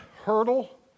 hurdle